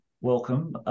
welcome